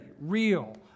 real